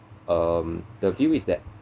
um the view is that